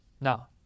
Now